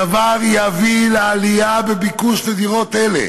הדבר יביא לעלייה בביקוש לדירות אלה